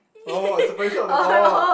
oh it's the position of the ball